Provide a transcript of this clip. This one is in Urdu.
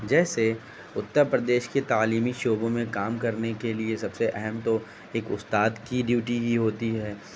جیسے اترپردیش کے تعلیمی شعبوں میں کام کرنے کے لیے سب سے اہم تو ایک استاد کی ڈیوٹی ہی ہوتی ہے